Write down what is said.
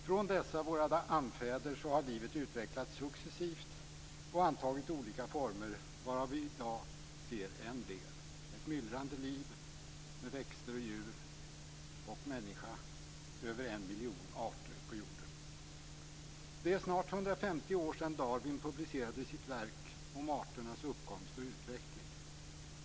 Från dessa våra anfäder har livet utvecklats successivt och antagit olika former, varav vi i dag ser en del. Det är ett myllrande liv med växter och djur och människor, över en miljon arter, på jorden. Det är snart 150 år sedan Darwin publicerade sitt verk om arternas uppkomst och utveckling.